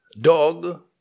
dog